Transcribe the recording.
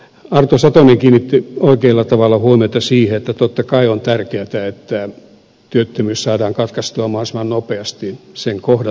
arto satonen kiinnitti oikealla tavalla huomiota siihen että totta kai on tärkeätä että työttömyys saadaan katkaistua mahdollisimman nopeasti sen kohdatessa